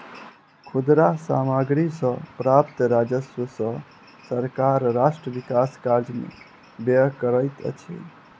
खुदरा सामग्री सॅ प्राप्त राजस्व सॅ सरकार राष्ट्र विकास कार्य में व्यय करैत अछि